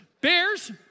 Bears